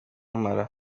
amara